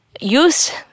use